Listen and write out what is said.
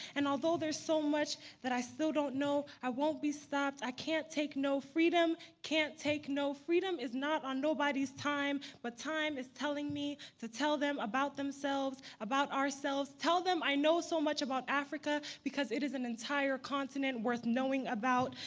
and although there's so much that i still don't know, i won't be stopped. i can't take no freedom, can't take no. freedom is not on nobody's time but time is telling me to tell them about themselves, about ourselves. tell them i know so much about africa, because it is an entire continent worth knowing about.